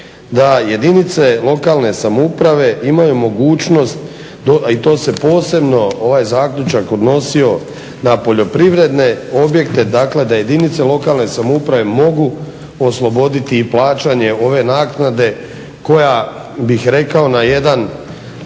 da jedinice lokalne samouprave imaju mogućnost a i to se posebno ovaj zaključak odnosio na poljoprivredne objekte. Dakle, da jedinice lokalne samouprave mogu osloboditi i plaćanje ove naknade koja ja bih rekao na jedan